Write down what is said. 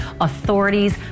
authorities